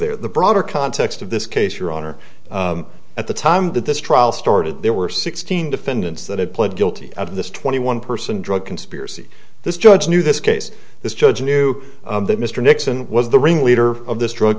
there the broader context of this case your honor at the time that this trial started there were sixteen defendants that had pled guilty of this twenty one person drug conspiracy this judge knew this case this judge knew that mr nixon was the ringleader of this drug